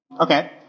Okay